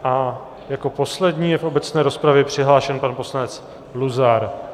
A jako poslední je v obecné rozpravě přihlášen pan poslanec Luzar.